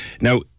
Now